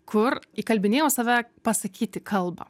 kur įkalbinėjau save pasakyti kalbą